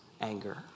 anger